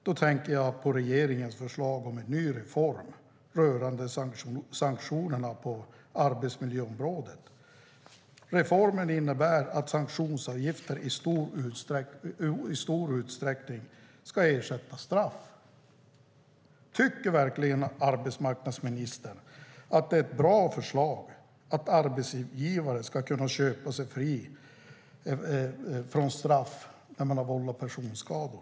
Då tänker jag på regeringens förslag om en ny reform rörande sanktionerna på arbetsmiljöområdet. Reformen innebär att sanktionsavgifter i stor utsträckning ska ersätta straff. Tycker verkligen arbetsmarknadsministern att det är ett bra förslag att arbetsgivare ska kunna köpa sig fria från straff när de har vållat personskador?